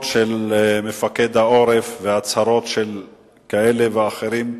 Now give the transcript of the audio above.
של מפקד העורף וההצהרות של כאלה ואחרים,